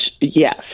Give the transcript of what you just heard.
yes